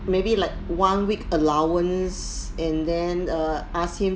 maybe like one week allowance and then err ask him